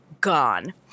gone